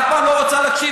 אף פעם לא רוצה להקשיב,